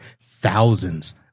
thousands